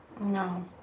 No